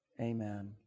Amen